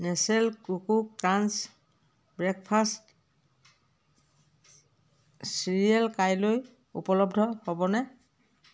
Nestle Koko Krunch breakfast cereal কাইলৈ উপলব্ধ হ'বনে